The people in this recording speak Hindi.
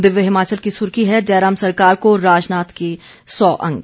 दिव्य हिमाचल की सुर्खी है जयराम सरकार को राजनाथ के सौ अंक